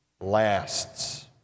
lasts